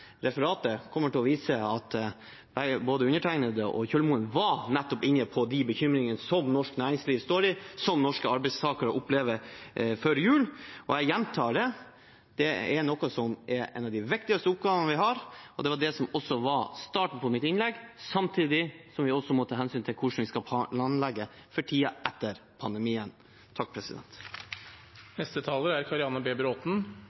referatet kommer til å vise at både undertegnede og Kjølmoen var inne på nettopp de bekymringene som norsk næringsliv står i, og som norske arbeidstakere opplever før jul, og jeg gjentar det: Det er en av de viktigste oppgavene vi har, og det var da også det som var starten på innlegget mitt. Samtidig må vi også ta hensyn til hvordan vi skal planlegge for tiden etter pandemien. Representanten Karianne B.